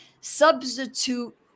substitute